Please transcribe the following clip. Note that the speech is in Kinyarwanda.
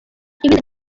ibindi